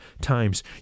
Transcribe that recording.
times